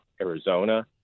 Arizona